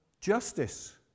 justice